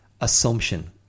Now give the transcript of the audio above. assumption